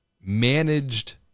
managed